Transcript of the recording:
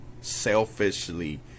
selfishly